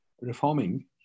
reforming